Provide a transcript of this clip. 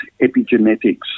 epigenetics